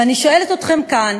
ואני שואלת אתכם כאן,